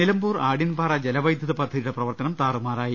നിലമ്പൂർ ആഡ്യൻപാറ ജലവൈദ്യുത പദ്ധതിയുടെ പ്രവർത്തനം താറുമാറായി